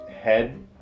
head